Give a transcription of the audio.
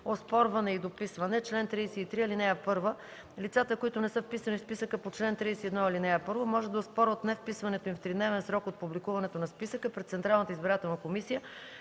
„Оспорване и дописване Чл. 33. (1) Лицата, които не са вписани в списък по чл. 31, ал. 1, може да оспорват невписването им в тридневен срок от публикуването на списъка пред Централната избирателна комисия,